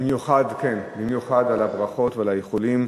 במיוחד על הברכות ועל האיחולים.